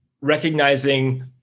recognizing